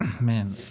man